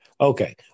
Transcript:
Okay